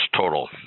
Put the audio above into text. total